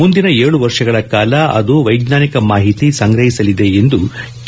ಮುಂದಿನ ಏಳು ವರ್ಷಗಳ ಕಾಲ ಅದು ವೈಜ್ಞಾನಿಕ ಮಾಹಿತಿ ಸಂಗ್ರಹಿಸಲಿದೆ ಎಂದು ಕೆ